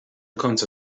końca